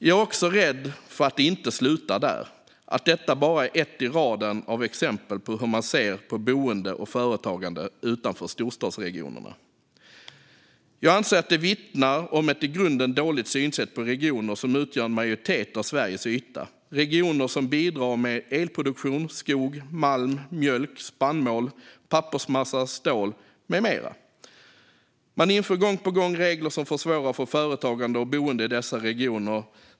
Jag är också rädd att det inte slutar där utan att detta bara är ett i raden av exempel på hur man ser på boende och företagande utanför storstadsregionerna. Jag anser att det vittnar om ett i grunden dåligt synsätt på de regioner som utgör en majoritet av Sveriges yta - regioner som bidrar med elproduktion, skog, malm, mjölk, spannmål, pappersmassa, stål med mera. Man inför gång på gång regler som försvårar för företagande och boende i dessa regioner.